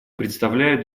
представляют